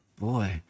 boy